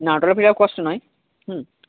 না ওটাকে free of cost নয় হুম